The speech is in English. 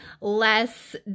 less